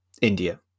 India